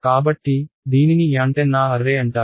కాబట్టి దీనిని antenna array అంటారు